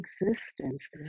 existence